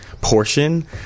portion